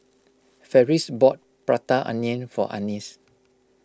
Ferris bought Prata Onion for Annis